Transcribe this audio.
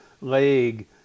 leg